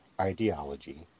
ideology